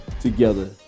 together